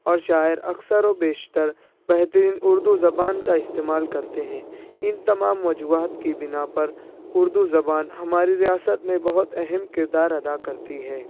اور شاعر اکثر و بیشتر بہترین اردو زبان کا استعمال کرتے ہیں ان تمام وجوہات کی بنا پر اردو زبان ہماری ریاست میں بہت اہم کردار ادا کرتی ہے